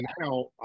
now